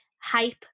hype